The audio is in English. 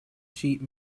sheet